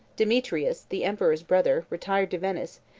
demetrius, the emperor's brother, retired to venice,